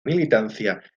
militancia